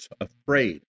afraid